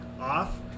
off